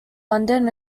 london